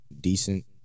decent